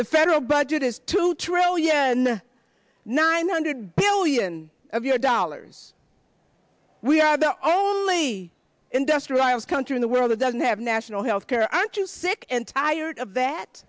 the federal budget is two trillion nine hundred billion of your dollars we are the only industrialized country in the world that doesn't have national health care aren't you sick and tired of that